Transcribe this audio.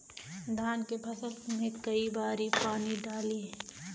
धान के फसल मे कई बारी पानी डाली?